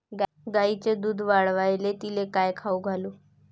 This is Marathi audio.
गायीचं दुध वाढवायले तिले काय खाऊ घालू?